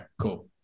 cool